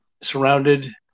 surrounded